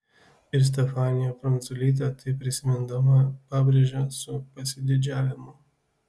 ir stefanija pranculytė tai prisimindama pabrėžia su pasididžiavimu